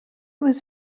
was